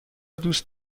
دوست